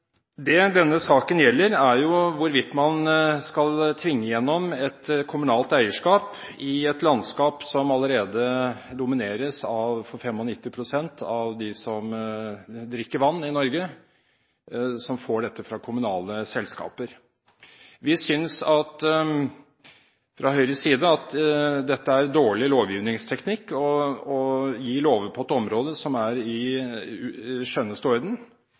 Det denne saken gjelder, er hvorvidt man skal tvinge gjennom et kommunalt eierskap i et landskap som allerede domineres av de 95 pst. i Norge som får drikkevannet fra kommunale selskaper. Vi synes fra Høyres side at det er dårlig lovgivningsteknikk å gi lover på et område som er i